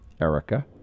Erica